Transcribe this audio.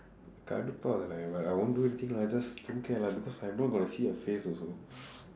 கடுப்பாவுது:kaduppaavuthu lah like I won't do anything lah just don't care lah because I know got to see her face also